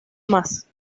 más